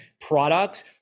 products